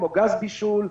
כמו גז בישול,